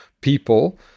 people